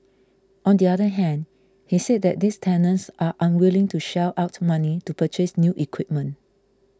on the other hand he said that these tenants are unwilling to shell out money to purchase new equipment